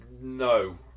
No